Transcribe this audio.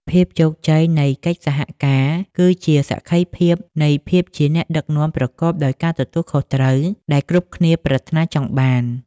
ភាពជោគជ័យនៃកិច្ចសហការ គឺជាសក្ខីភាពនៃភាពជាអ្នកដឹកនាំប្រកបដោយការទទួលខុសត្រូវដែលគ្រប់គ្នាប្រាថ្នាចង់បាន។